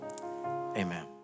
Amen